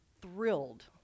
thrilled